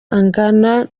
ingana